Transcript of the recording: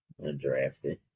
Undrafted